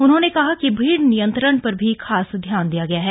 उन्होंने कहा कि भीड़ नियंत्रण पर भी खास ध्यान दिया गया है